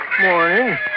Morning